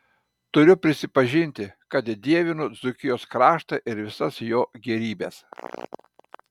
turiu prisipažinti kad dievinu dzūkijos kraštą ir visas jo gėrybes